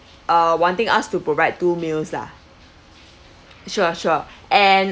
uh wanting us to provide two meals lah sure sure and